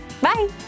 Bye